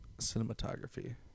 Cinematography